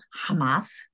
Hamas